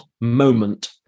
moment